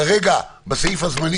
כרגע בסעיף הזמני